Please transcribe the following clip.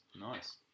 Nice